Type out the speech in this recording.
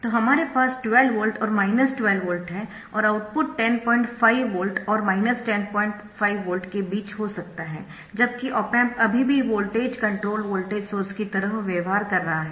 तो हमारे पास 12 वोल्ट और 12 वोल्ट है और आउटपुट 105 वोल्ट और 105 वोल्ट के बीच हो सकता है जबकि ऑप एम्प अभी भी वोल्टेज कंट्रोल्ड वोल्टेज सोर्स की तरह व्यवहार कर रहा है